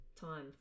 time